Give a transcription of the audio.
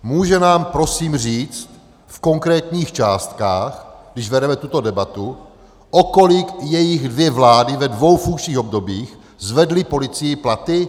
Může nám prosím říct v konkrétních částkách, když vedeme tuto debatu, o kolik jejich dvě vlády ve dvou funkčních obdobích zvedly policii platy?